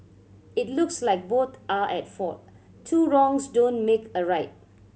it looks like both are at fault two wrongs don't make a right